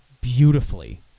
beautifully